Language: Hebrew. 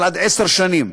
אבל עד עשר שנים,